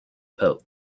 pope